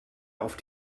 auf